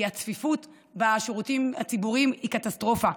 הצפיפות בשירותים הציבוריים היא קטסטרופה,